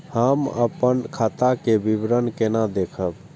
हम अपन खाता के विवरण केना देखब?